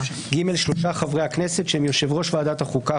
(ג)שלושה חברי הכנסת שהם יושבי ראש ועדת החוקה,